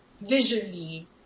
visually